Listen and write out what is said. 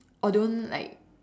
or don't like